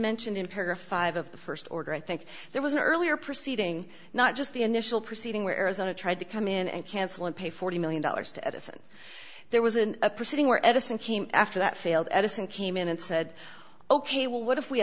mentioned in her five of the st order i think there was an earlier proceeding not just the initial proceeding where arizona tried to come in and cancel and pay forty million dollars to edison there was an a proceeding where edison came after that failed edison came in and said ok well what if we